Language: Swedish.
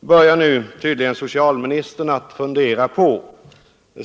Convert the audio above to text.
börjar nu tydligen socialministern att fundera på.